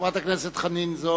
חברת הכנסת זועבי,